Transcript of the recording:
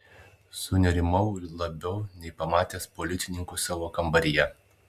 sunerimau labiau nei pamatęs policininkus savo kambaryje